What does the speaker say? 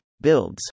builds